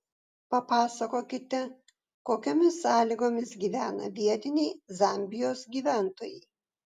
papasakokite kokiomis sąlygomis gyvena vietiniai zambijos gyventojai